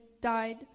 died